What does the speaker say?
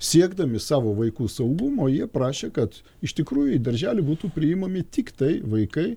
siekdami savo vaikų saugumo jie prašė kad iš tikrųjų į darželį būtų priimami tiktai vaikai